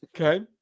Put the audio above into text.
Okay